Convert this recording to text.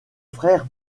frères